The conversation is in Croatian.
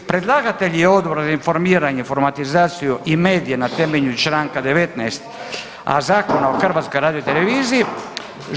Predlagatelj je Odbor za informiranje, informatizaciju i medije na temelju čl. 19.a. Zakona o HRT-u.